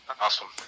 Awesome